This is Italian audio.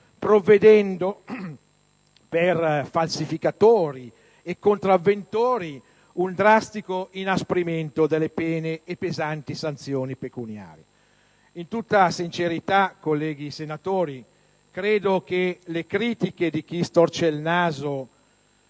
prevedendo per falsificatori e contravventori un drastico inasprimento delle pene e pesanti sanzioni pecuniarie. In tutta sincerità, colleghi senatori, credo che le critiche di chi storce il naso